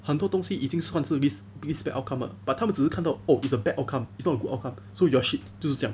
很多东西已经算是 least least bad outcome liao but 他们只是看到 oh the bad outcome it's not a good outcome so you're shit 就是这样